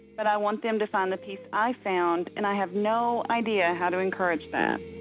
but i want them to find the peace i found, and i have no idea how to encourage that